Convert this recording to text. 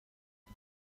son